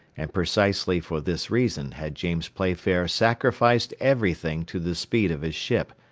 and precisely for this reason had james playfair sacrificed everything to the speed of his ship,